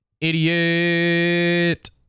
idiot